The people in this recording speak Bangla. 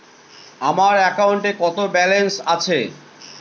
আমার অ্যাকাউন্টে কত ব্যালেন্স আছে?